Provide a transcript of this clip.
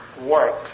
work